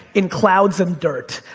in clouds and dirt.